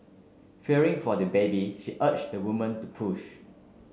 fearing for the baby she urged the woman to push